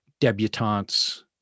debutantes